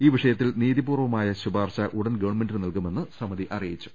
ഈ വിഷയത്തിൽ നീതിപൂർവമായ ശുപാർശ ഉടൻ ഗവൺമെന്റിന് ട നൽകുമെന്നും സമിതി അറിയിച്ചു